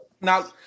Now